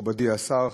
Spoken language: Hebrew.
מכובדי השר,